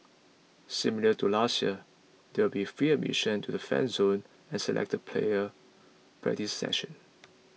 similar to last year there will be free admission to the Fan Zone and selected player practice sessions